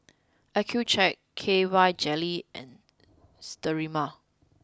Accucheck K Y Jelly and Sterimar